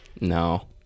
no